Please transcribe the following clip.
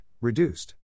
reduced